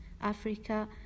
Africa